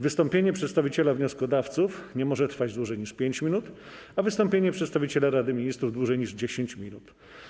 Wystąpienie przedstawiciela wnioskodawców nie może trwać dłużej niż 5 minut, a wystąpienie przedstawiciela Rady Ministrów - dłużej niż 10 minut.